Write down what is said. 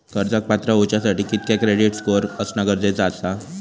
कर्जाक पात्र होवच्यासाठी कितक्या क्रेडिट स्कोअर असणा गरजेचा आसा?